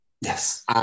yes